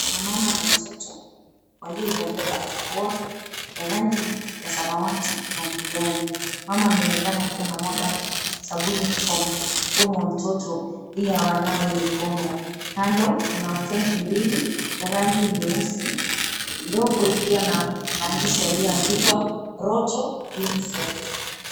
Kuna mama na mtoto waliovalia barakoa ya rangi ya samawati na kijani, mama anaonekana akiwa anamwaga sabuni kwa mkono wa mtoto ili anawe mkono. Kando kuna tenki mbili za rangi nyeusi, ndogo ikiwa na maandishi yakliyoandikwa ROTO Unicef.